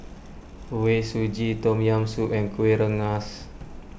Kuih Suji Tom Yam Soup and Kuih Rengas